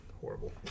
horrible